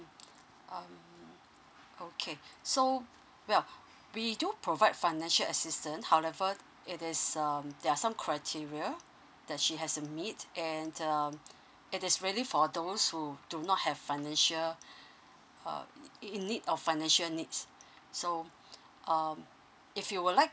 uh okay so well we do provide financial assistance however if there's um there are some criteria that she hasn't meet and um it is really for those who do not have financial uh in need of financial needs so um if you would like